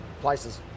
places